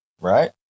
right